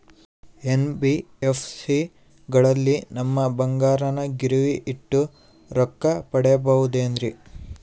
NBFC ಗಳಲ್ಲಿ ನಮ್ಮ ಬಂಗಾರನ ಗಿರಿವಿ ಇಟ್ಟು ರೊಕ್ಕ ಪಡೆಯಬಹುದೇನ್ರಿ?